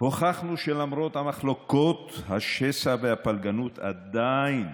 והוכחנו שלמרות המחלוקות, השסע והפלגנות, עדיין